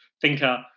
thinker